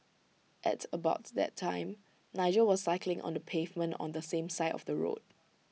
at about that time Nigel was cycling on the pavement on the same side of the road